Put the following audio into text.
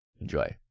enjoy